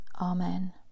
Amen